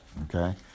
okay